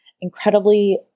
incredibly